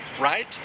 right